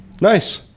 nice